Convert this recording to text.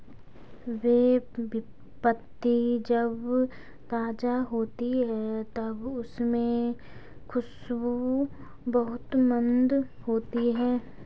बे पत्ती जब ताज़ा होती है तब उसमे खुशबू बहुत मंद होती है